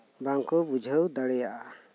ᱵᱟᱝᱠᱩ ᱵᱩᱡᱷᱟᱹᱣ ᱫᱟᱲᱮᱭᱟᱜᱼᱟ